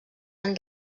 han